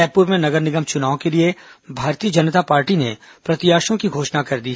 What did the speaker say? रायपुर में नगर निगम चुनाव के लिए भारतीय जनता पार्टी ने प्रत्याशियों की घोषणा कर दी